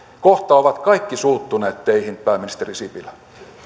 kohta ovat kaikki suuttuneet teihin pääministeri sipilä